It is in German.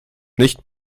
nicht